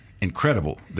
incredible